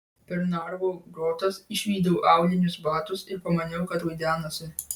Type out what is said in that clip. per narvo grotas išvydau aulinius batus ir pamaniau kad vaidenasi